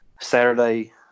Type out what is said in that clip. Saturday